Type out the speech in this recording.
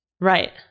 Right